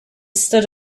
stood